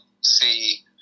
see